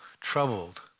troubled